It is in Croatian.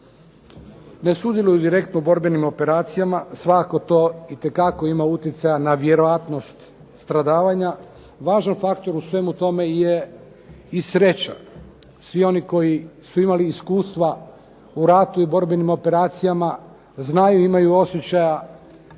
ne sudjeluju direktno u borbenim operacijama svakako to itekako ima utjecaja na vjerojatnost stradavanja, važan faktor u svemu tome je i sreća. Svi oni koji su imali iskustva u ratu i borbenim operacijama znaju i imaju osjećaja